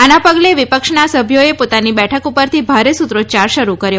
આના પગલે વિપક્ષના સભ્યોએ પોતાના બેઠક પરથી ભારે સૂત્રોચ્યાર શરૂ કર્યો